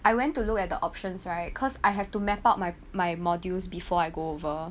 I went to look at the options right cause I have to map out my my modules before I go over